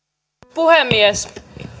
puhemies